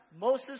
Moses